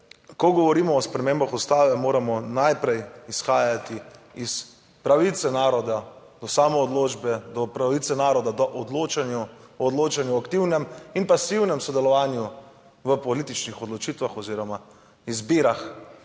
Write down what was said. ko govorimo o spremembah Ustave, moramo najprej izhajati iz pravice naroda do samoodločbe, do pravice naroda do odločanju, o odločanju o aktivnem in pasivnem sodelovanju v političnih odločitvah oziroma izbirah,